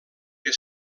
que